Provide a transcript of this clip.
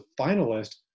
finalist